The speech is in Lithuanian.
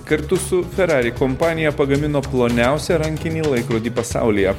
kartu su ferari kompanija pagamino ploniausią rankinį laikrodį pasaulyje